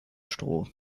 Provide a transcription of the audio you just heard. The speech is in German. stroh